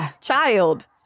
child